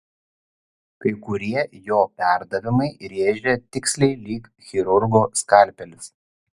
kai kurie jo perdavimai rėžė tiksliai lyg chirurgo skalpelis